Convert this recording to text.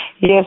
Yes